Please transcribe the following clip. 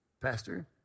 Pastor